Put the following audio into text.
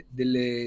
delle